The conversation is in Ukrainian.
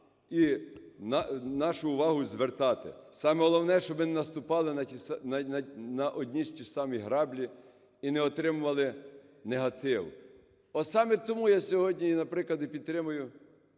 і нашу увагу звертати. Саме головне, щоб не наступали на одні й ті ж самі граблі і не отримували негатив. Ось саме тому я сьогодні і, наприклад, і підтримую